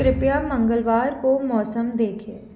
कृपया मंगलवार को मौसम देखें